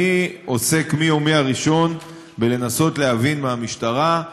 אני עוסק מיומי הראשון בלנסות להבין מהמשטרה,